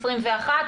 21,